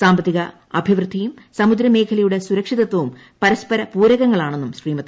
സാമ്പത്തിക അഭിവൃദ്ധിയും സമുദ്രമേഖലയുടെ സുരക്ഷിതത്വും പരസ്പര പൂരകങ്ങളാണെന്നും ശ്രീമതി